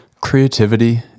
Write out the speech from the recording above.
Creativity